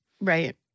Right